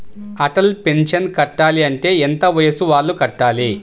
Atal pension కట్టాలి అంటే ఎంత వయసు వాళ్ళు కట్టాలి?